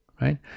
right